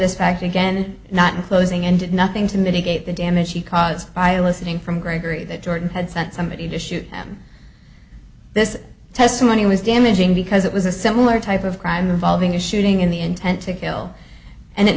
this fact again not in closing and did nothing to mitigate the damage he caused by listening from gregory that jordan had sent somebody to shoot him this testimony was damaging because it was a similar type of crime involving a shooting in the